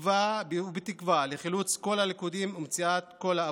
ובתקווה לחילוץ כל הלכודים ומציאת כל האבודים.